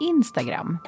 Instagram